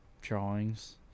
drawings